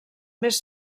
més